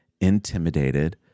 intimidated